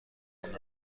کنند